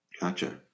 Gotcha